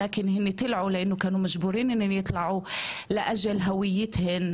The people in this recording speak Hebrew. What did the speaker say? שידור הישיבה עתידים להתפרסם באתר האינטרנט,